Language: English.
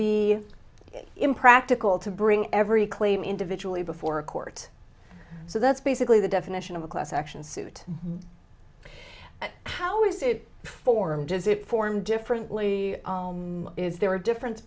be impractical to bring every claim individually before a court so that's basically the definition of a class action suit and how is it form does it form differently is there a difference